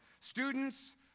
Students